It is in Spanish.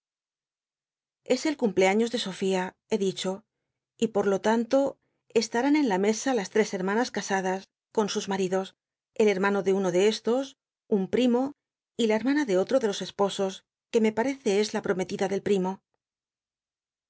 es el cumpleaños de sofía he dicho y pot lo tanto estat'án en la mesa las tres hermanas casadas con sus maridos el hermano de uno de estos un ptimo y la hermana de otro de los esposos que me parece es la prometida del primo